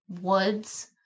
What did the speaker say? woods